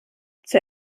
zur